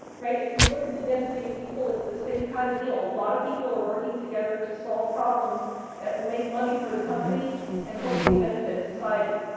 right? if you look at the density of people, it's the same kind of deal. a lot of people are working together to solve problems that will make money for the company and hopefully benefit society.